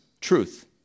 truth